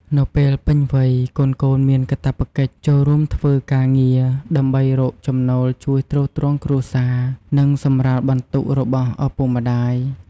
នៅពេលពេញវ័យ កូនៗមានកាតព្វកិច្ច ចូលរួមធ្វើការងារ ដើម្បីរកចំណូលជួយទ្រទ្រង់គ្រួសារ និងសម្រាលបន្ទុករបស់ឪពុកម្ដាយ។